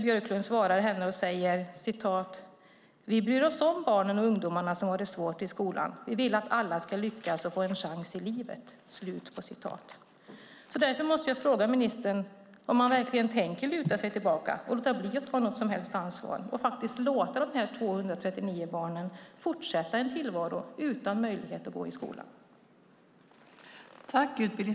Björklund svarade henne: Vi bryr oss om barnen och ungdomarna som har det svårt i skolan. Vi vill att alla ska lyckas och få en chans i livet. Därför måste jag fråga ministern om han verkligen tänker luta sig tillbaka och låta bli att ta något som helst ansvar och låta de här 239 barnen fortsätta i en tillvaro utan möjlighet att gå i skolan.